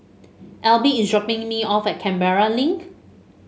Elby is dropping me off at Canberra Link